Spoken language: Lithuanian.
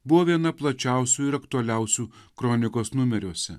buvo viena plačiausių ir aktualiausių kronikos numeriuose